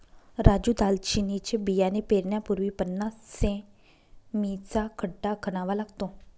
राजू दालचिनीचे बियाणे पेरण्यापूर्वी पन्नास सें.मी चा खड्डा खणावा लागतो